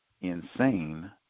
insane